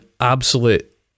absolute